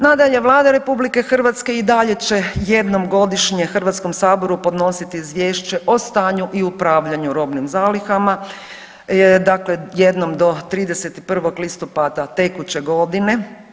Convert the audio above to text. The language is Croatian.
Nadalje, Vlada RH i dalje će jednom godišnje Hrvatskom saboru podnositi izvješće o stanju i upravljanju robnim zalihama, dakle jednom do 31. listopada tekuće godine.